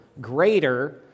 greater